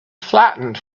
flattened